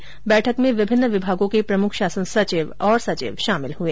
इस बैठक में विभिन्न विभागों के प्रमुख शासन सचिव और सचिव शामिल हुए